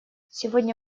сегодня